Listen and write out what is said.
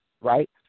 right